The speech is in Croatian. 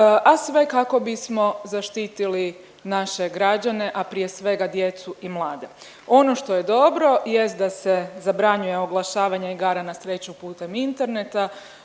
a sve kako bismo zaštitili naše građane a prije svega djecu i mlade. Ono što je dobro jest da se zabranjuje oglašavanje igara na sreću putem interneta